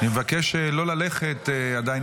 אני מבקש לא ללכת עדיין,